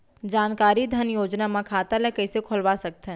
जानकारी धन योजना म खाता ल कइसे खोलवा सकथन?